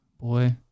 Boy